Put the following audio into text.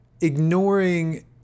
ignoring